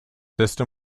system